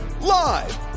Live